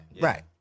Right